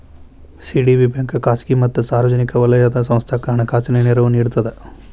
CDB bank ಖಾಸಗಿ ಮತ್ತ ಸಾರ್ವಜನಿಕ ವಲಯದ ಸಂಸ್ಥಾಕ್ಕ ಹಣಕಾಸಿನ ನೆರವು ನೇಡ್ತದ